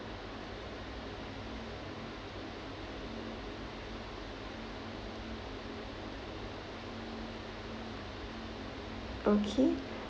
okay